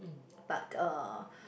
but uh